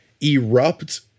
erupt